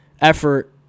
effort